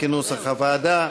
כנוסח הוועדה.